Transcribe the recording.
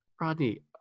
Rodney